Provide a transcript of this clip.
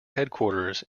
headquarters